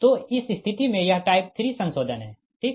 तो इस स्थिति में यह टाइप 3 संशोधन है ठीक